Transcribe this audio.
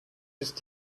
ist